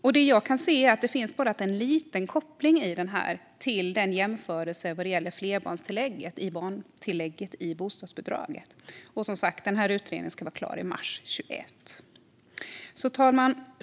Vad jag kan se finns det här bara en liten koppling till jämförelsen vad gäller flerbarnstillägget i bostadsbidraget. Utredningen ska som sagt vara klar i mars 2021. Fru talman!